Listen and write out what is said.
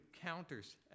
counters